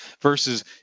Versus